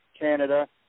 Canada